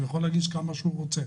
הוא יכול להגיש כמה שהוא רוצה.